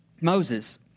Moses